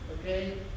Okay